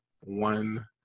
one